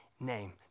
name